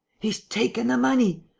he's taken the money!